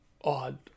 Odd